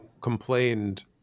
complained